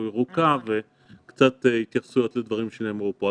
ירוקה וקצת התייחסויות לדברים שנאמרו פה.